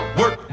work